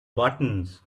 buttons